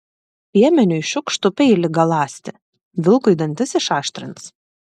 piemeniui šiukštu peilį galąsti vilkui dantis išaštrins